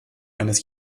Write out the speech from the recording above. eines